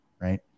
Right